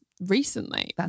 recently